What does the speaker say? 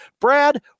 Brad